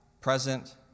present